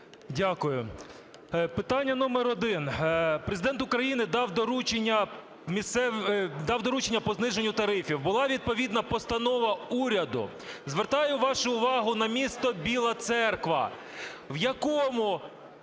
Дякую. Питання номер один. Президент України дав доручення по зниженню тарифів, була відповідна постанова уряду. Звертаю вашу увагу на місто Біла Церква,